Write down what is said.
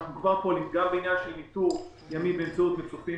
אנחנו כבר פה נפגע בעניין של ניטור ימים באמצעות מצופים.